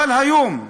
אבל היום,